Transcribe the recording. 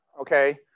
okay